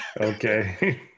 okay